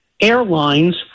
airlines